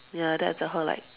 ya then I tell her like